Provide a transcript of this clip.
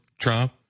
Trump